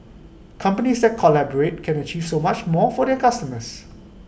companies that collaborate can achieve so much more for their customers